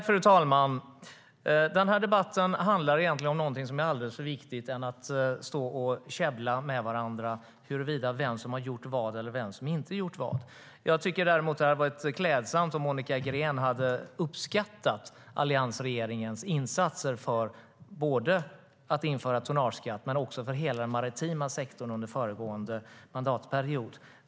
Fru talman! Den här debatten handlar egentligen om något som är alldeles för viktigt för att man ska stå och käbbla med varandra om vem som har gjort eller inte gjort vad. Jag tycker att det hade varit klädsamt om Monica Green hade uppskattat alliansregeringens insatser både för att införa tonnageskatt och för hela den maritima sektorn under den föregående mandatperioden.